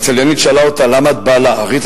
הצליינית שאלה אותה: למה את באה לארץ?